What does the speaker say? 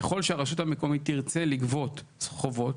ככל שהרשות המקוימת תרצה לגבות חובות,